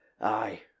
aye